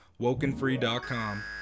WokenFree.com